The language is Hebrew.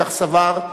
כך סבר,